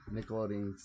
Nickelodeon